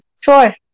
sure